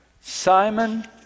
Simon